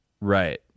Right